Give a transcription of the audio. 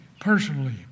personally